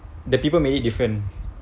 the people made it different